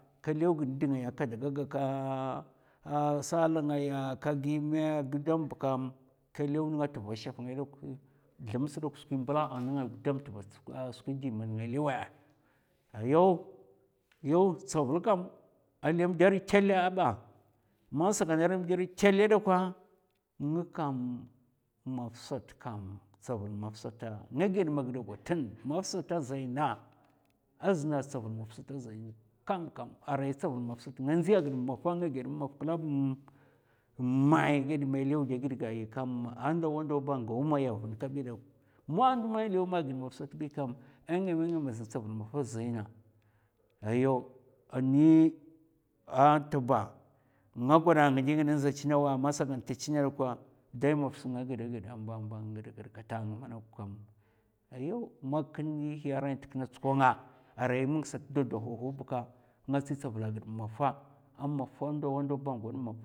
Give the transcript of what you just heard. Ka lèw gid ndi ngaya kada gaka sal ngaya ka gimè gudam bkam ka lèw nèngha tva shèf ngaya dok thumsa dok skwin mbla'a nènga gudam tva skwi di man nga lèwa'a. ayyaw, tsavul kam a lèmda ri tèlè ba man sagi a lèmda ri tèlè dakwa ngakam, maf sat kam tsavul maf sat nga ghèd ma a ghidè gwatin, maf sat a zai na, a zna tsavul maf sata a zay na kamkam aray tsavul maf sat nga ndziya ghidè mafa nga ghèdè mum maf klab mèy ghada man è lèw da gidga kam a ndawa ndawa an gau maya vin kabi dok, man ndo man in lèw maya gid maf sat bi kam, a ngèmè ngèmè za tsavul mafa zai na ayyaw, ani a ntba nga gwada nga ndi ghidè in za chinawa man sa gan ta chinna ɗakwa dai maf nga gada china mbamba a nga gada gad kata nga manok ayyaw man kin ndihi ara nta kina gada tsukwanga aray mag sat da dwa hungwa hungwa nga tsi tsavul a gid mafa, a mafa a ndawa ndaw ba an gwad dai mafa,